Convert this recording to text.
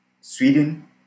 Sweden